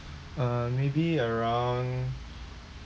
uh maybe around